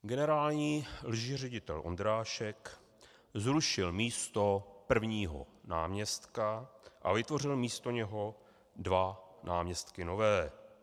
Generální ředitel Ondrášek zrušil místo prvního náměstka a vytvořil místo něho dva náměstky nové.